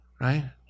Right